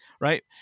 Right